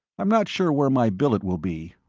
i'm not sure where my billet will be.